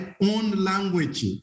language